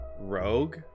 Rogue